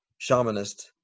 shamanist